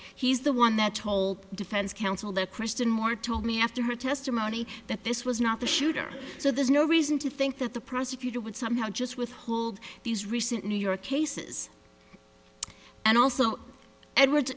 he's the one that told defense counsel that kristen moore told me after her testimony that this was not the shooter so there's no reason to think that the prosecutor would somehow just withhold these recent new york cases and also edwards